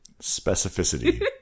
specificity